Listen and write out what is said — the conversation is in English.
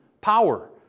power